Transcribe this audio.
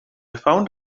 found